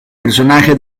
personaje